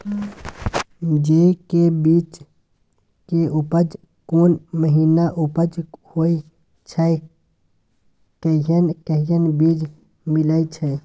जेय के बीज के उपज कोन महीना उपज होय छै कैहन कैहन बीज मिलय छै?